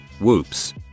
Whoops